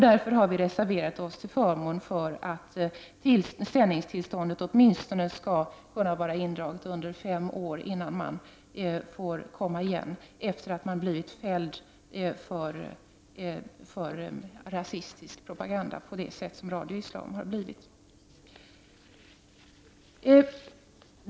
Därför har vi reserverat oss till förmån för att sändningstillstånd skall vara indraget åtminstone under fem år, innan den som har blivit fälld för rasistisk propaganda, på det sätt som Radio Islam har blivit, får komma igen.